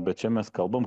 bet čia mes kalbam